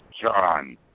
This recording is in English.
John